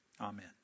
Amen